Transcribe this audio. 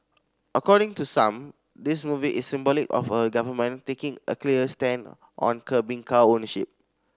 according to some this movie is symbolic of a government taking a clear stand on curbing car ownership